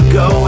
go